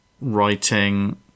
writing